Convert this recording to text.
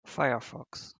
firefox